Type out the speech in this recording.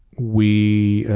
we